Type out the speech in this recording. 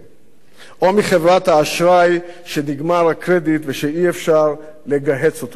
או מחברת האשראי שנגמר הקרדיט ושאי-אפשר לגהץ יותר את הכרטיס.